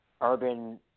urban